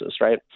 right